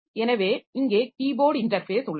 எனவே இங்கே keyboard interface உள்ளது